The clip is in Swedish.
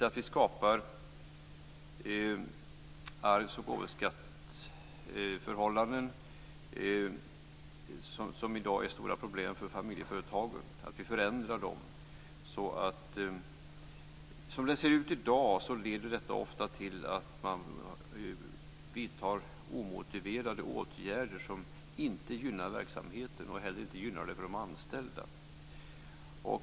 Arvsoch gåvoskattsförhållanden skapar i dag stora problem för familjeföretagen. Det är viktigt att vi förändrar reglerna. Som det ser ut i dag leder de ofta till att man vidtar omotiverade åtgärder som inte gynnar verksamheten och heller inte gynnar de anställda.